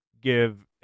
give